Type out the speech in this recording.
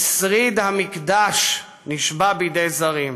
כי שריד המקדש נשבה בידי זרים.